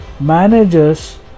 managers